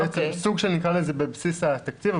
סוג של נקרא לזה בבסיס התקציב,